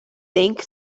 think